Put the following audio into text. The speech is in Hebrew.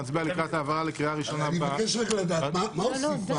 מה הוסיפה